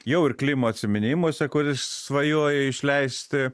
jau ir klimo atsiminimuose kuris svajoja išleisti